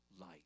light